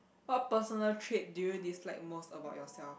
what personal trait do you dislike most about yourself